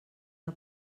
del